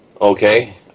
Okay